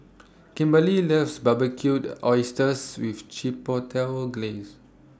Kimberly loves Barbecued Oysters with Chipotle Glaze